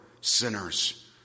sinners